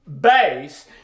base